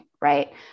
right